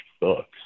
books